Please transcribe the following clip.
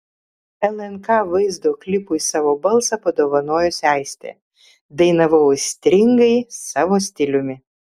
lnk vaizdo klipui savo balsą padovanojusi aistė dainavau aistringai savo stiliumi